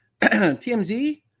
TMZ